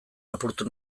apurtu